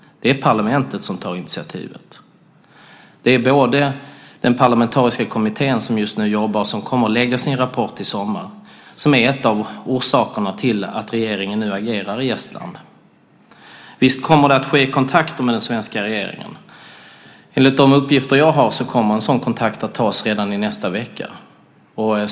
Det är parlamentet som tar initiativet. Det är den parlamentariska kommittén som just nu jobbar som kommer att lägga fram sin rapport i sommar som är en av orsakerna till att regeringen nu agerar i Estland. Visst kommer det att ske kontakter med den svenska regeringen. Enligt de uppgifter jag har kommer en sådan kontakt att tas redan i nästa vecka.